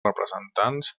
representants